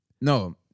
No